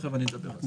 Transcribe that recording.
תיכף אני אדבר על זה.